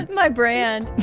my brand